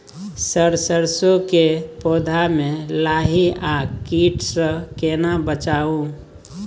Sir सरसो के पौधा में लाही आ कीट स केना बचाऊ?